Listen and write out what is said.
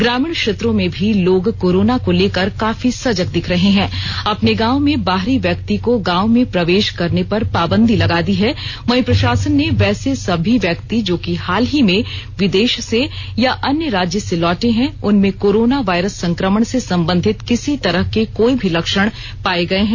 ग्रामीण क्षेत्रो में भी लोग कारोना को लेकर काफी सजग दिख रहे है अपने गांव में बाहरी ब्यक्ति को गांव में प्रवेश करने पर पाबंदी लगा दी है वहीं प्रशासन ने वैसे सभी व्यक्ति जो कि हाल ही में विदेश से या अन्य राज्य से लौटे हैं उनमें कोरोना वायरस संक्रमण से संबंधित किसी तरह के कोई भी लक्षण पाए गए हैं